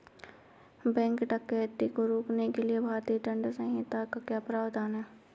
bank डकैती को रोकने के लिए भारतीय दंड संहिता में क्या प्रावधान है